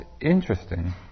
interesting